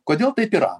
kodėl taip yra